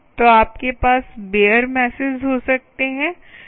तो आपके पास बेअर मैसेज हो सकते हैं